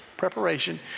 preparation